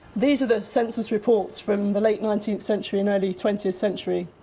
these are the census reports from the late nineteenth century and early twentieth century,